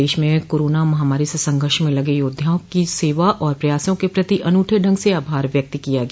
प्रदेश में कोरोना महामारी से संघर्ष में लग योद्वाओं की सेवा और प्रयासों के प्रति अनूठे ढंग से आभार व्यक्त किया गया